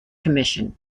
commission